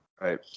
right